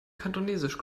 kantonesisch